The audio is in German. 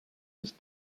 des